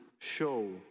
show